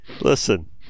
Listen